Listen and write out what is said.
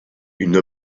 une